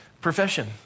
profession